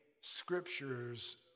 scriptures